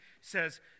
says